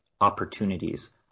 opportunities